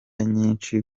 nyinshi